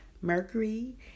Mercury